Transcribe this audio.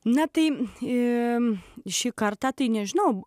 ne tai į šį kartą tai nežinau